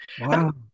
Wow